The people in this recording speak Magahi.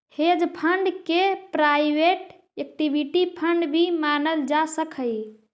हेज फंड के प्राइवेट इक्विटी फंड भी मानल जा सकऽ हई